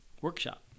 workshop